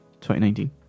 2019